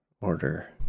order